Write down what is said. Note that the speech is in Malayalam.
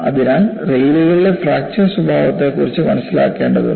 അതിനാൽ റെയിലുകളുടെ ഫ്രാക്ചർ സ്വഭാവത്തെക്കുറിച്ച് മനസ്സിലാക്കേണ്ടതുണ്ട്